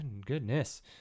goodness